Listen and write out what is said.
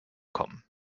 kommen